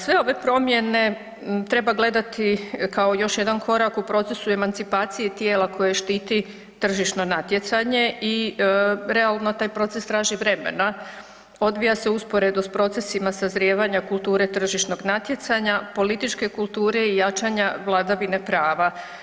Sve ove promjene treba gledati kao još jedan korak u procesu emancipacije tijela koja štiti tržišno natjecanje i realno, taj proces traži vremena, odvija se usporedo s procesima sazrijevanja kulture tržišnog natjecanja, političke kulture i jačanja vladavine prava.